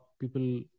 people